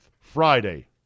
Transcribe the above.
Friday